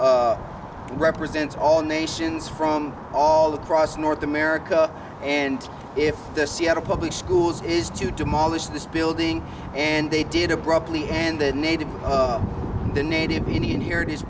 says represents all nations from all across north america and if the seattle public schools is to demolish this building and they did abruptly end the native native indian here